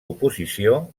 oposició